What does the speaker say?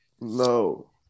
No